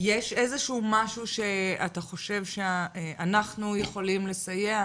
יש איזשהו משהו שאתה חושב שאנחנו יכולים לסייע,